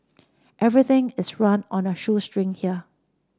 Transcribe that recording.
everything is run on a shoestring here